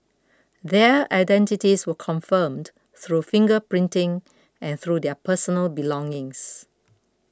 their identities were confirmed through finger printing and through their personal belongings